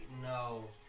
no